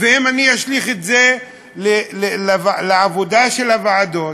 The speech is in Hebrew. ואם אני אשליך את זה על העבודה של הוועדות,